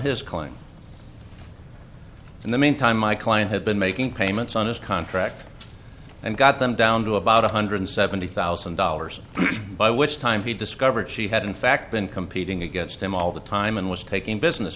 his client in the meantime my client had been making payments on this contract and got them down to about one hundred seventy thousand dollars by which time he discovered she had in fact been competing against him all the time and was taking business